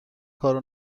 کارو